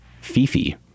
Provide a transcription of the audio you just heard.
Fifi